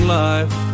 life